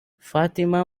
fatima